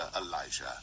Elijah